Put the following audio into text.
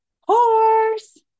horse